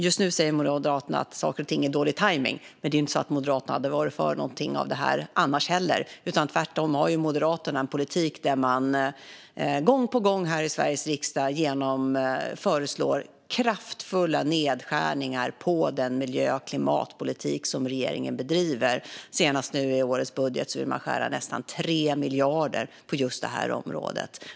Just nu säger Moderaterna att saker och ting är dålig tajmning, men det är ju inte så att Moderaterna hade varit för någonting av detta annars heller. Tvärtom har Moderaterna en politik där man gång på gång här i Sveriges riksdag föreslår kraftfulla nedskärningar på den miljö och klimatpolitik som regeringen bedriver - senast ville man i årets budget skära nästan 3 miljarder på just det här området.